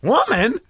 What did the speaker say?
Woman